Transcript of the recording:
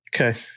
Okay